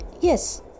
Yes